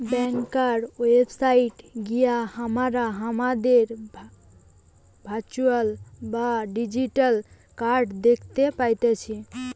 ব্যাংকার website গিয়ে হামরা হামাদের ভার্চুয়াল বা ডিজিটাল কার্ড দ্যাখতে পারতেছি